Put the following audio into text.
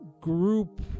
group